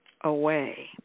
away